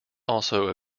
also